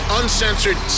uncensored